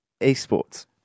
esports